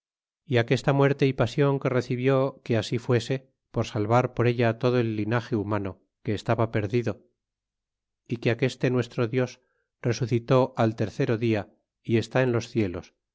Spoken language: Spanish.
y aquesta muerte y pasion que permitió que así fuese por salvar por ella todo el linage humano que estaba perdido y que aqueste nuestro dios resucitó al tercero dia y está en los cielos